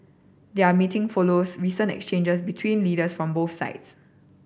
their meeting follows recent exchanges between leaders from both sides